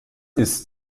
isst